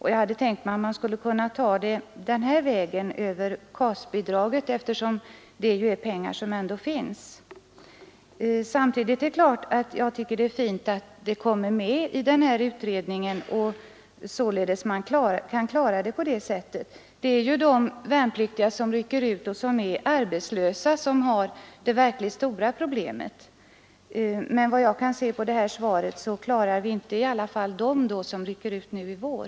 Jag hade tänkt att man skulle kunna gå vägen över det kontanta arbetsmarknadsstödet, det s.k. KAS-bidraget, eftersom det ju är pengar som redan finns. Men naturligtvis tycker jag det är utmärkt att frågan kommer med i den utredning som skall företas och att problemet kan klaras den vägen. Det är främst de värnpliktiga som är arbetslösa vid utryckningen som har de verkligt stora problemen, men efter vad jag kan utläsa ur statsrådets svar klarar vi i vilket fall som helst inte dem som rycker ut nu 1 vär.